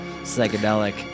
psychedelic